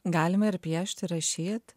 galime ir piešti rašyt